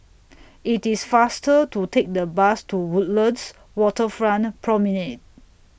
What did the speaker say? IT IS faster to Take The Bus to Woodlands Waterfront Promenade